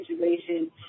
situation